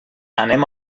anem